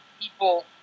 people